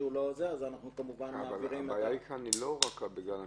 אנחנו כמובן מעבירים --- הבעיה כאן היא לא רק בגלל המכסה,